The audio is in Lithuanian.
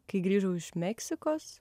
kai grįžau iš meksikos